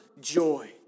joy